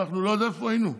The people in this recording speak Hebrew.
אני לא יודע איפה היינו.